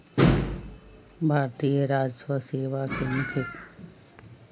भारतीय राजस्व सेवा के मुख्य काम आयकर से संबंधित होइ छइ